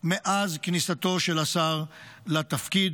מאז כניסתו של השר לתפקיד.